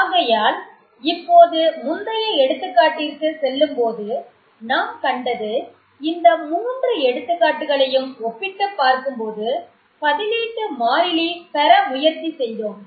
ஆகையால் இப்போது முந்தைய எடுத்துக்காட்டிற்கு செல்லும்போது நாம் கண்டது இந்த மூன்று எடுத்துக்காட்டுகளையும் ஒப்பிட்டு பார்க்கும்போது பதிலீட்டு மாறிலியை பெற முயற்சி செய்தோம்